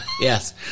yes